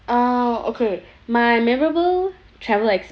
uh okay my memorable travel experience